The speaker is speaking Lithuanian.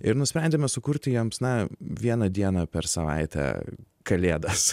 ir nusprendėme sukurti jiems na vieną dieną per savaitę kalėdas